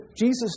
Jesus